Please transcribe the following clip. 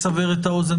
רק כדי לסבר את האוזן,